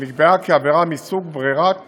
שנקבעה כעבירה מסוג ברירת